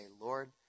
Lord